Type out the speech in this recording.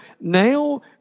now